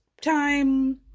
time